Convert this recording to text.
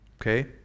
Okay